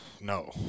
No